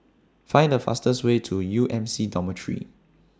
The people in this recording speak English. Find The fastest Way to U M C Dormitory